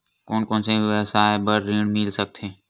कोन कोन से व्यवसाय बर ऋण मिल सकथे?